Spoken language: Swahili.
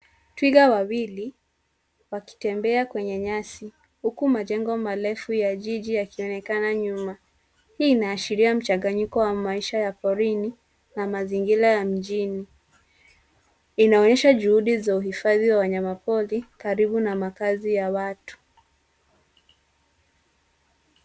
Twiga wawili wakitembea kwenye nyasi huku majengo marefu ya jiji yakionekana nyuma. Hii ina ashiria mchanganyiko wa wanyama porini na mazingira ya mjini. Inaonyesha juhudi za uhifadhi za wanyama pori karibu na makazi ya watu.